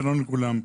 שלום לכולם.